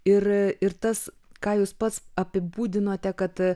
ir ir tas ką jūs pats apibūdinote kad